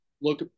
look